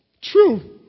true